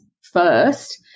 first